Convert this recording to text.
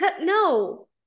no